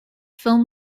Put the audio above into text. film